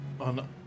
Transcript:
on